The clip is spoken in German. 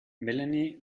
melanie